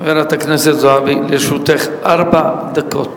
חברת הכנסת זועבי, לרשותך ארבע דקות.